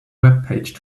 webpage